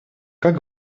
как